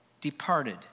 departed